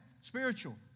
Spiritual